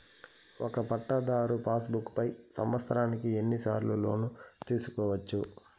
ఒక పట్టాధారు passbook పై సంవత్సరానికి ఎన్ని సార్లు లోను తీసుకోవచ్చు?